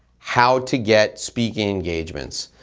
how to get speaking engagements.